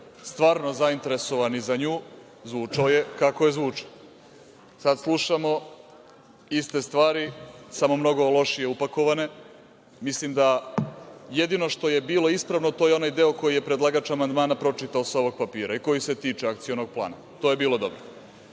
stvarno zainteresovani za nju , zvučao je, kako je zvučao. Sad slušamo iste stvari samo mnogo lošije upakovane. Mislim da jedino što je bilo ispravno to je onaj deo koji je predlagač amandmana pročitao sa ovog papira i koji se tiče Akcionog plana. To je bilo dobro.